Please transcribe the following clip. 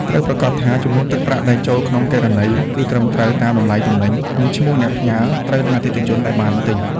ត្រូវប្រាកដថាចំនួនទឹកប្រាក់ដែលចូលក្នុងគណនី គឺត្រឹមត្រូវតាមតម្លៃទំនិញ និងឈ្មោះអ្នកផ្ញើត្រូវនឹងអតិថិជនដែលបានទិញ។